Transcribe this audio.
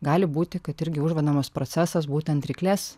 gali būti kad irgi užvedamas procesas būtent ryklės